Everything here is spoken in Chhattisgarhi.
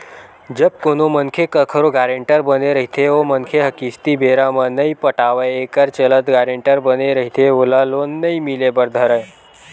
जब कोनो मनखे कखरो गारेंटर बने रहिथे ओ मनखे ह किस्ती बेरा म नइ पटावय एखर चलत गारेंटर बने रहिथे ओला लोन नइ मिले बर धरय